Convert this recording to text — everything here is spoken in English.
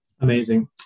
Amazing